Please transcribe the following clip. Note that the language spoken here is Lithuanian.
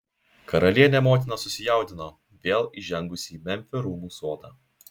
karalienė motina susijaudino vėl įžengusi į memfio rūmų sodą